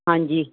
ਹਾਂਜੀ